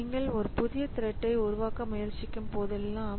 நீங்கள் ஒரு புதிய த்ரெட் உருவாக்க முயற்சிக்கும் போதெல்லாம்